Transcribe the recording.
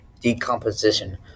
decomposition